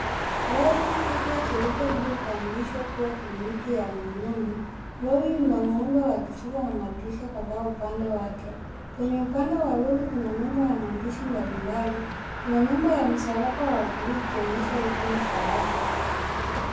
Lori kubwa jeupe lililopandishwa kuwa kliniki ya rununu. Lori lina muundo wa kisasa na lina madirisha kadhaa upande wake. Kwenye upande wa lori kuna nebo ya maandishi mbalimbali. Kuna nebo ya msalaba wa buluu ikonyesha huduma za afya.